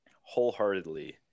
wholeheartedly